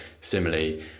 Similarly